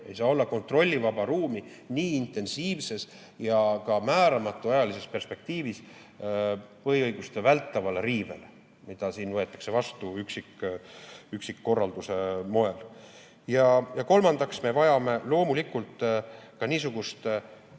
Ei saa olla kontrollivaba ruumi nii intensiivses ja määramatus ajalises perspektiivis põhiõiguste vältavale riivele, mida siin võetakse vastu üksikkorralduse moel. Ja kolmandaks, me vajame loomulikult ka niisugust